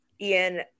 Ian